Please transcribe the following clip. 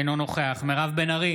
אינו נוכח מירב בן ארי,